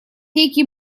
некий